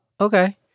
Okay